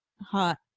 hot